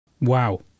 Wow